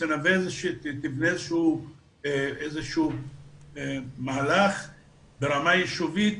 שתבנה איזשהו מהלך ברמה יישובית